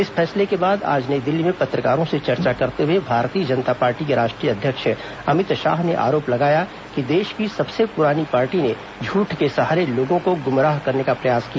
इस फैसले के बाद आज नई दिल्ली में पत्रकारों से चर्चा करते हुए भारतीय जनता पार्टी के राष्ट्रीय अध्यक्ष अमित शाह ने आरोप लगाया कि देश की सबसे पुरानी पार्टी ने झूठ के सहारे लोगों को गुमराह करने का प्रयास किया